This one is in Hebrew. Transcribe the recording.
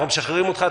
אנחנו משחררים אותך,